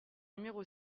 numéro